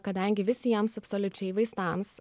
kadangi visiems absoliučiai vaistams